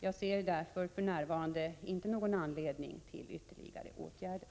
Jag ser därför för närvarande inte någon anledning till ytterligare åtgärder.